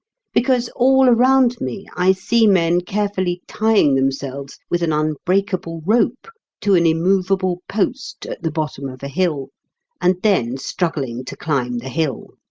because all around me i see men carefully tying themselves with an unbreakable rope to an immovable post at the bottom of a hill and then struggling to climb the hill.